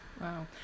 Wow